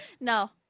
no